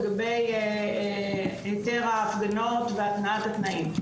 לגבי היתר ההפגנות והתניית התנאים.